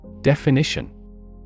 Definition